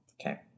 Okay